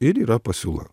ir yra pasiūla